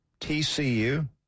TCU